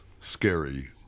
scary